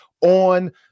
on